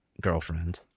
girlfriend